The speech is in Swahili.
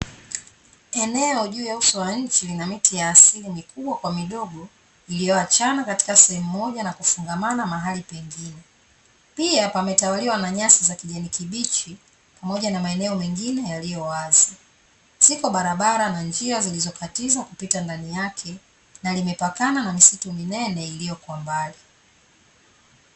Eneo juu ya uso wa nchi lina miti ya asili mikubwa kwa midogo iliyoachana katika sehemu moja, na kufungamana mahali pengine. Pia, pametawaliwa na nyasi za kijani kibichi, pamoja na maeneo mengine yaliyo wazi. Ziko barabara na njia zilizokatiza kupita ndani yake, na limepakana na misitu minene iliyo kwa mbali.